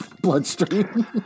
bloodstream